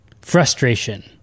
Frustration